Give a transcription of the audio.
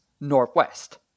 northwest